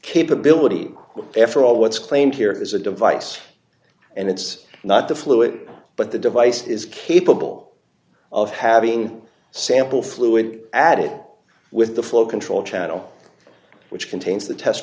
capability after all what's claimed here is a device and it's not the fluid but the device is capable of having sample fluid added with the flow control channel which contains the test